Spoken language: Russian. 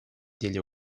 деле